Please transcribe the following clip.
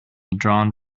drawn